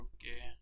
Okay